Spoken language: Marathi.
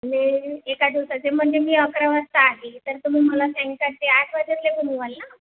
मे एका दिवसाचे म्हणजे मी अकरा वाजता आली तर तुम्ही मला सायंकाळचे आठ वाजेपर्यंत फिरवाल ना